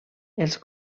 els